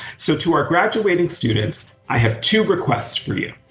so to our graduating students i have two requests for you.